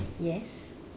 yes